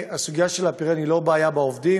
הסוגיה של הפריון היא לא בעיה בעובדים,